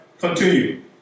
Continue